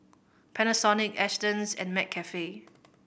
Panasonic Astons and McCafe